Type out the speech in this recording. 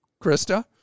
Krista